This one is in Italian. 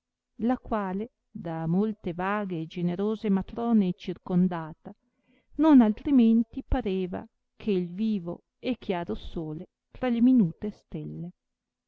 la quale da molte vaghe e generose matrone circondata non altrimenti pareva che vivo e chiaro sole tra le minute stelle